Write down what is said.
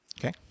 Okay